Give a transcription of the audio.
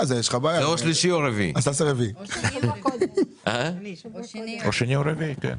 או שלישי או רביעי.